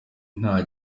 nta